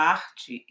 arte